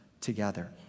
together